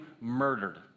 murdered